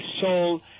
soul